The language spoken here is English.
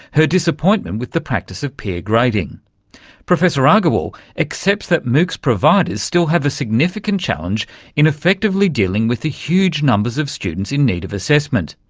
her disappointment with the practice of peer-grading. professor agarwal accepts that moocs providers still have a significant challenge in effectively dealing with the huge numbers of students in need of assessment.